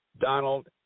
Donald